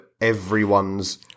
everyone's